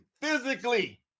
Physically